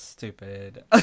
stupid